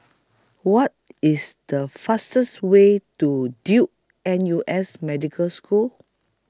What IS The fastest Way to Duke N U S Medical School